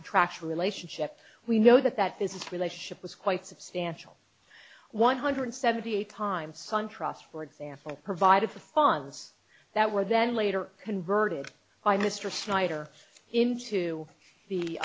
contractual relationship we know that that this is a relationship was quite substantial one hundred seventy eight times suntrust for example provided the funds that were then later converted by mr snyder into the